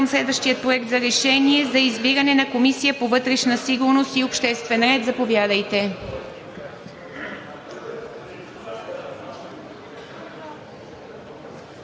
Преминаваме към следващия проект на решение за избиране на Комисия по вътрешна сигурност и обществен ред. Заповядайте.